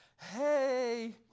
hey